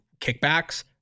kickbacks